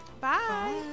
Bye